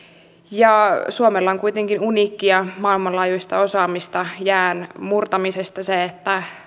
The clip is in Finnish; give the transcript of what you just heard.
suomella on kuitenkin uniikkia maailmanlaajuista osaamista jäänmurtamisessa se että